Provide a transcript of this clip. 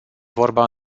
vorba